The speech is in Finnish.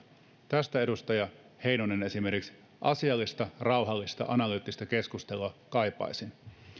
tästä esimerkiksi edustaja heinonen asiallista rauhallista ja analyyttista keskustelua kaipaisin